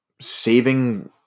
saving